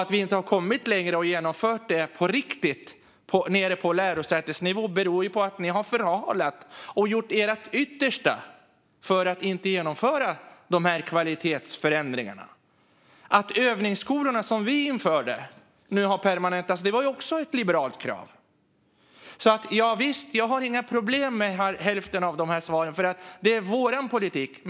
Att vi inte har kommit längre och genomfört det här på riktigt, det vill säga nere på lärosätesnivå, beror på att ni har förhalat det hela och har gjort ert yttersta för att inte genomföra dessa kvalitetsförändringar. Att övningsskolorna som vi införde nu har permanentats var också ett krav från Liberalerna. Jag har inga problem med hälften av dessa förslag eftersom det är mitt partis politik.